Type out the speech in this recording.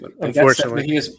Unfortunately